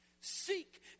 seek